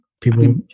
People